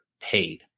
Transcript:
paid